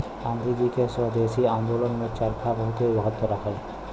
गांधी जी के स्वदेशी आन्दोलन में चरखा बहुते महत्व रहल